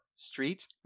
Street